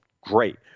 Great